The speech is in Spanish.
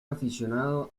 aficionado